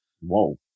Whoa